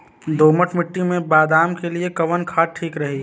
दोमट मिट्टी मे बादाम के लिए कवन खाद ठीक रही?